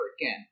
again